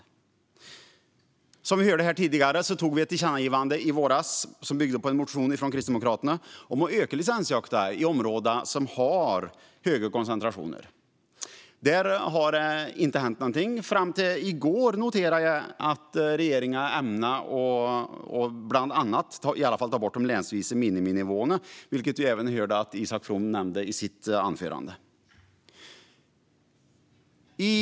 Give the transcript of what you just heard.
Som vi hörde här tidigare gav vi i våras ett tillkännagivande som byggde på en motion från Kristdemokraterna om att öka licensjakten i områden med höga koncentrationer. Det har inte hänt någonting - fram till i går, då jag noterade att regeringen åtminstone ämnar ta bort de länsvisa miniminivåerna. Det hörde vi att Isak From nämnde i sitt anförande. Fru talman!